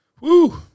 Woo